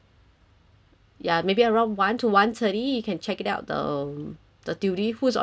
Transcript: ya maybe around one to one thirty you can check it out the the duty who was on duty that day